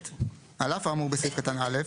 (ב)על אף האמור בסעיף קטן (א),